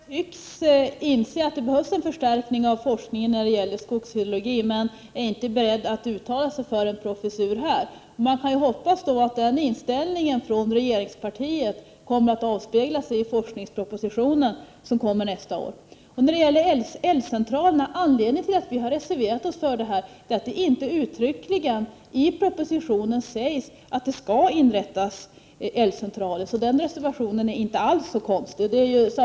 Herr talman! Jag konstaterar att Hans Gustafsson tycks inse att det behövs en förstärkning av forskningen när det gäller skogshydrologi, men han är inte beredd att uttala sig för en professur här. Man kan hoppas att den inställningen från regeringspartiet kommer att avspeglas i forskningspropositionen som kommer nästa år. Anledningen till att vi i miljöpartiet har reserverat oss angående älvcentralerna är att det inte uttryckligen i propositionen sägs att det skall inrättas sådana. Den reservationen är inte alls så konstig.